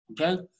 okay